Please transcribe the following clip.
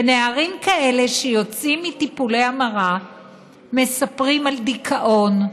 ונערים כאלה שיוצאים מטיפולי המרה מספרים על דיכאון,